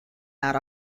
that